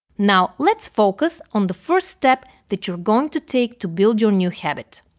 now, let's focus on the first step that you're going to take to build your new habit.